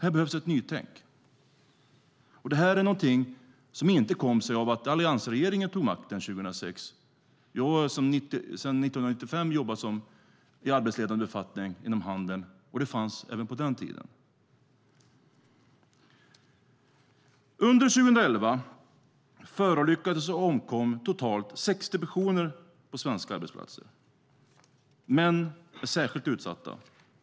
Här behövs ett nytänk. Det här är någonting som inte kom sig av att alliansregeringen tog makten 2006. Jag har sedan 1995 jobbat i arbetsledande befattning inom handeln, och det fanns även på den tiden. Under 2011 förolyckades totalt 60 personer på svenska arbetsplatser. Män är särskilt utsatta.